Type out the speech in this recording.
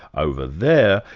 over there,